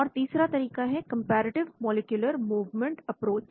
और तीसरा तरीका है कंपैरेटिव मॉलिक्यूलर मूवमेंट अप्रोच